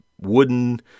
wooden